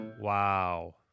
Wow